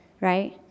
Right